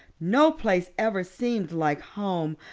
no place ever seemed like home.